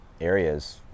areas